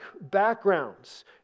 backgrounds